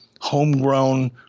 homegrown